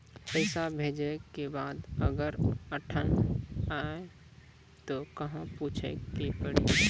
पैसा भेजै के बाद अगर अटक जाए ता कहां पूछे के पड़ी?